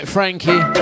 Frankie